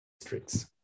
districts